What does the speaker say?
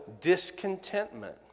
discontentment